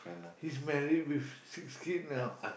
he's married with six kid now